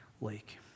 lake